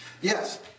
Yes